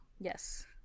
Yes